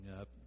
up